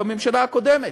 בממשלה הקודמת.